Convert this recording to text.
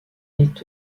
est